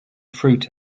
fruit